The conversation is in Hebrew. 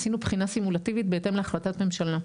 עשינו בחינה סימולטיבית בהתאם להחלטת ממשלה,